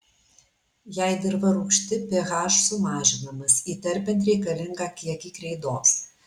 jei dirva rūgšti ph sumažinamas įterpiant reikalingą kiekį kreidos